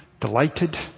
delighted